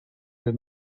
good